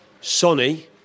Sonny